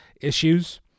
issues